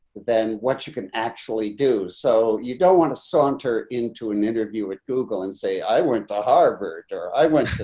then what you can actually do so you don't want to saunter into an interview at google and say, i went to harvard or i went to